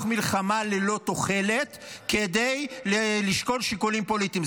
מלחמה ללא תוחלת כדי לשקול שיקולים פוליטיים.